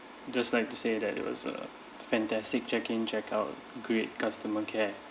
just like to say that it was a fantastic check in check out great customer care